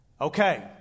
Okay